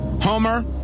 Homer